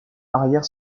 arrière